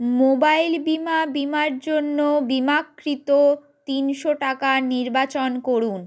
mobile বিমা বিমার জন্য বিমাকৃত তিনশো টাকা নির্বাচন করুন